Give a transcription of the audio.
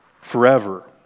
forever